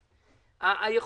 ההפקעה.